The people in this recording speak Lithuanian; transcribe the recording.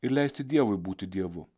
ir leisti dievui būti dievu